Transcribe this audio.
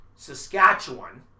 saskatchewan